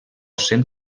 sent